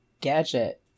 gadget